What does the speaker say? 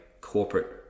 corporate